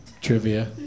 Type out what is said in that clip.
trivia